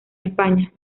españa